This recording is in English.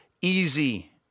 easy